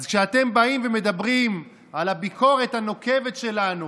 אז כשאתם באים ומדברים על הביקורת הנוקבת שלנו,